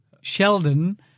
Sheldon